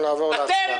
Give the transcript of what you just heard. נעבור להצבעה.